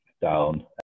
down